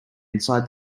inside